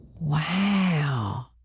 wow